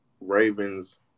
Ravens